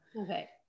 Okay